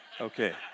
Okay